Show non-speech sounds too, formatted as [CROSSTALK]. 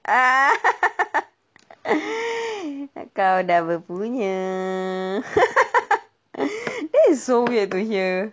[LAUGHS] kau dah berpunya [LAUGHS] that is so weird to hear